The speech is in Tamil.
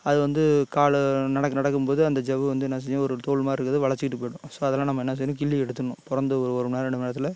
அது வந்து கால் நடக்க நடக்கும்போது அந்த ஜவ்வு வந்து என்ன செய்யும் ஒரு தோல் மாதிரி இருக்கிறது வளிச்சிக்கிட்டு போய்விடும் ஸோ அதெல்லாம் நம்ம என்ன செய்யணும் கிள்ளி எடுத்துரணும் பிறந்த ஒரு ஒரு மண்நேரம் ரெண்டு மண்நேரத்தில்